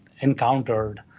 encountered